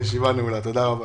הישיבה נעולה, תודה רבה.